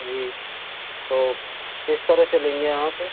जी तो किस तरह से लेंगे आप